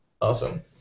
Awesome